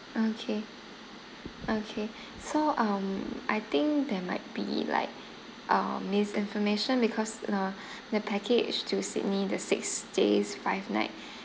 okay okay so um I think there might be like uh misinformation because uh the package to sydney the six days five nights